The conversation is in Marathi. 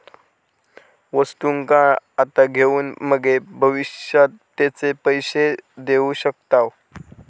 वस्तुंका आता घेऊन मगे भविष्यात तेचे पैशे देऊ शकताव